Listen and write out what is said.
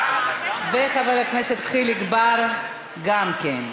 וחבר הכנסת חיליק בר גם כן.